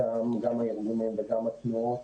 גם הארגונים וגם התנועות,